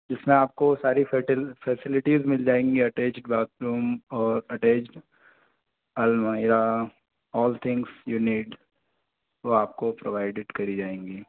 जिस में आपको सारी फैसिलिटीस मिल जाएगी अटैच बाथरूम और अटैच अलमारियाँ ऑल थिंग्स यू नीड वह आपको प्रोवाइड करी जाएगी